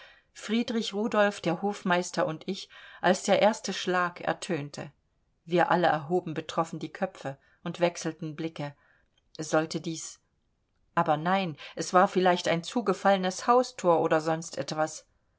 friedrich rudolf der hofmeister und ich als der erste schlag erdröhnte wir alle erhoben betroffen die köpfe und wechselten blicke sollte dies aber nein es war vielleicht ein zugefallenes hausthor oder sonst etwas